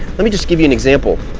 let me just give you an example.